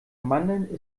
mandeln